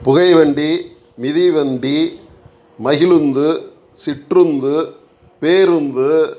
புகை வண்டி மிதி வண்டி மகிழுந்து சிற்றுந்து பேருந்து